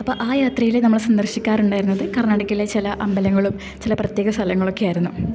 അപ്പം ആ യാത്രയില് നമ്മള് സന്ദർശിക്കാറുണ്ടായിരുന്നത് കർണാടകയിലെ ചില അമ്പലങ്ങളും ചില പ്രത്യേക സ്ഥലങ്ങളൊക്കെ ആയിരുന്നു